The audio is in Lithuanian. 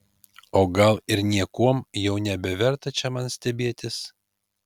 o gal ir niekuom jau nebeverta čia man stebėtis